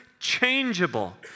changeable